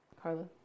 Carla